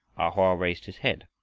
hoa raised his head.